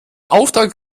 auftrag